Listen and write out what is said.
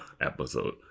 episode